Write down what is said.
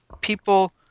people